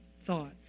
thought